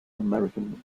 american